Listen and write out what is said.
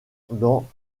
dans